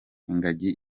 ingagi